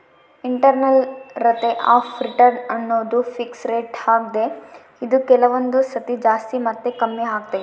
internal rate of return ಅನ್ನೋದು fix rate ಆಗ್ದೆ ಇದು ಕೆಲವೊಂದು ಸತಿ ಜಾಸ್ತಿ ಮತ್ತೆ ಕಮ್ಮಿಆಗ್ತೈತೆ